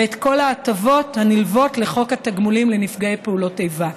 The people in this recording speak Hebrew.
ואת כל ההטבות הנלוות לחוק התגמולים לנפגעי פעולות איבה.